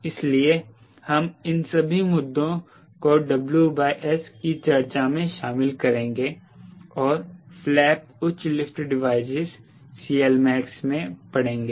इसलिए हम उन सभी मुद्दों को WS की चर्चा में शामिल करेंगे और फ्लैप उच्च लिफ्ट डिवाइसिस CLmax मैं पढ़ेंगे